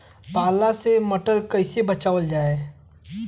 पाला से मटर कईसे बचावल जाई?